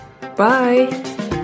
Bye